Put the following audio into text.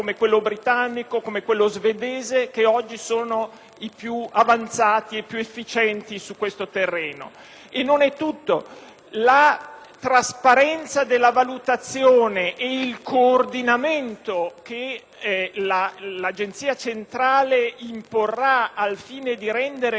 i più avanzati ed efficienti su questo terreno. E non è tutto: la trasparenza della valutazione e il coordinamento che l'agenzia centrale imporrà al fine di rendere confrontabili gli indici di andamento gestionale di tutte le